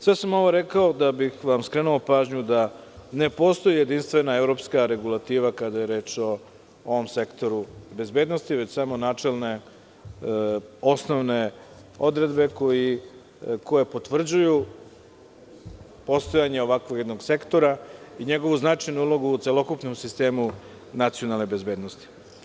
Sve sam ovo rekao da bih vam skrenuo pažnju da ne postoji jedinstvena evropska regulativa kada je reč o ovom sektoru bezbednosti, već samo načelne osnovne odredbe koje potvrđuju postojanje jednog ovakvog sektora i njegovu značajnu ulogu u celokupnom sistemu nacionalne bezbednosti.